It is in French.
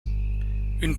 une